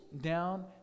down